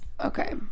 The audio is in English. okay